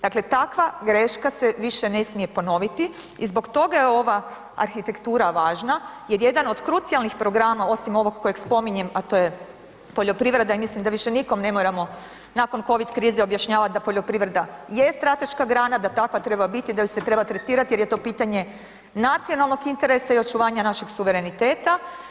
Dakle takva greška se više ne smije ponoviti i zbog toga je ova arhitektura važna jer jedan od krucijalnih programa osim ovog kojeg spominjem a to je poljoprivreda i mislim da više nikom ne moramo nakon COVID krize objašnjavati da poljoprivreda je strateška grana, da takva treba biti, da ju se treba tretirati jer je to pitanje nacionalnog interesa i očuvanja našeg suvereniteta.